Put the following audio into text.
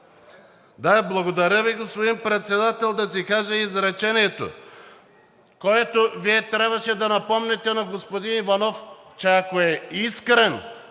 Благодаря Ви, господин Председател. Да си кажа изречението: Вие трябваше да напомните на господин Иванов, че ако е искрен